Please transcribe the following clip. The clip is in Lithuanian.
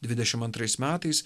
dvidešim antrais metais